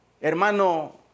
hermano